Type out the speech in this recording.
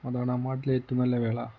അതാണ് നമ്മളുടെ നാട്ടിലേ ഏറ്റും നല്ല വിള